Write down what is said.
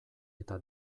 eta